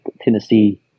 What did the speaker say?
Tennessee